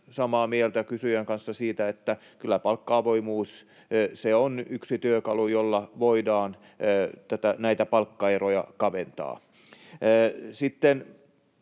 samaa mieltä kysyjän kanssa siitä, että kyllä palkka-avoimuus on yksi työkalu, jolla voidaan näitä palkkaeroja kaventaa.